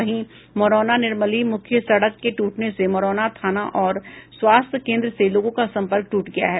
वहीं मरौना निर्मली मुख्य सड़क के टूटने से मरौना थाना और स्वास्थ्य केंद्र से लोगों का संपर्क टूट गया है